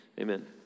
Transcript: Amen